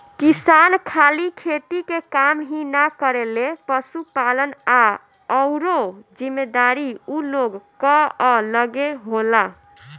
किसान खाली खेती के काम ही ना करेलें, पशुपालन आ अउरो जिम्मेदारी ऊ लोग कअ लगे होला